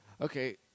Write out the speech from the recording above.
Okay